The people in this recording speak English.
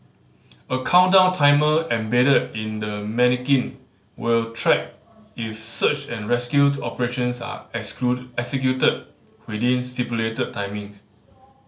a countdown timer embedded in the manikin will track if search and rescue to operations are executed within stipulated timings